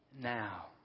now